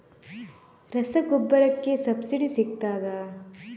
ರಸಗೊಬ್ಬರಕ್ಕೆ ಸಬ್ಸಿಡಿ ಸಿಗ್ತದಾ?